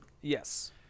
Yes